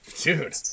Dude